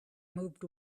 moved